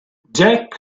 jack